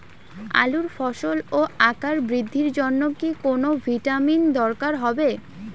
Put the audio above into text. আলুর ফলন ও আকার বৃদ্ধির জন্য কি কোনো ভিটামিন দরকার হবে?